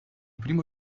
primo